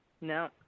No